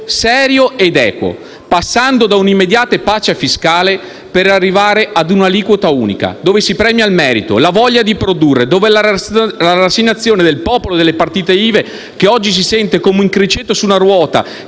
serio ed equo, passando da un'immediata pace fiscale per arrivare ad un'aliquota unica, premiando il merito e la voglia di produrre, in modo tale che la rassegnazione del popolo delle partite IVA, che oggi si sente come un criceto su una ruota